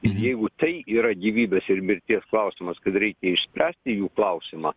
jeigu tai yra gyvybės ir mirties klausimas kad reikia išspręsti jų klausimą